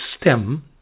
stem